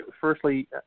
firstly